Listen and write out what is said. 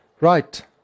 Right